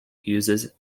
uses